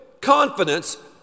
confidence